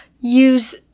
use